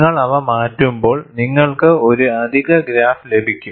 നിങ്ങൾ അവ മാറ്റുമ്പോൾ നിങ്ങൾക്ക് ഒരു അധിക ഗ്രാഫ് ലഭിക്കും